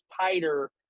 tighter